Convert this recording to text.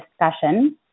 discussion